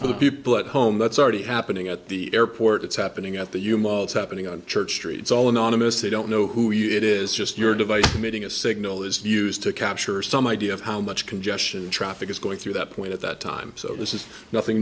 to the people at home that's already happening at the airport it's happening at the human it's happening on church street it's all anonymous they don't know who you are it is just your device emitting a signal is used to capture some idea of how much congestion traffic is going through that point at that time so this is nothing